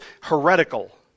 heretical